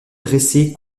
dressés